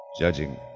Judging